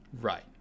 Right